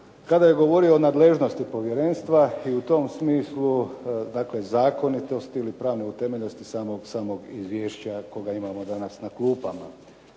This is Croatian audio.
kada je govorio o nadležnosti povjerenstva i u tom smislu dakle zakonitosti ili pravne utemeljenosti samog izvješća koga imamo danas na klupama.